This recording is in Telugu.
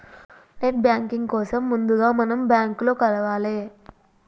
నెట్ బ్యాంకింగ్ కోసం ముందుగా మనం బ్యాంకులో కలవాలే